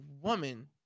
woman